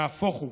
נהפוך הוא,